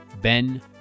Ben